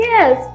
Yes